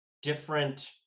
different